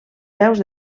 peus